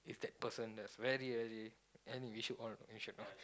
is that person that's very very and we should all we should all